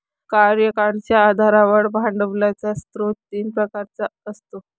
कार्यकाळाच्या आधारावर भांडवलाचा स्रोत तीन प्रकारचा असतो